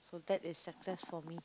so that is success for me